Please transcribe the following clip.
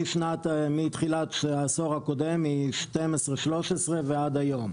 מתחילת העשור הקודם, מ-2013-2012 ועד היום.